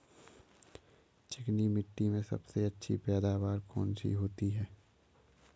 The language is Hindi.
चिकनी मिट्टी में सबसे अच्छी पैदावार कौन सी होती हैं?